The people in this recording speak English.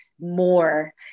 more